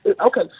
okay